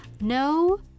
No